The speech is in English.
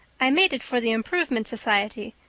i made it for the improvement society,